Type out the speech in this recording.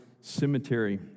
cemetery